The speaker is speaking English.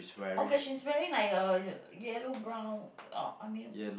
okay she's wearing like a yellow brown or I mean